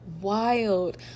wild